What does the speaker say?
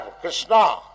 Krishna